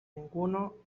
ninguno